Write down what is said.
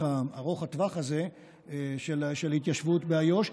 ארוך הטווח הזה של ההתיישבות באיו"ש,